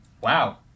Wow